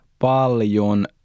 paljon